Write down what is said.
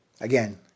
Again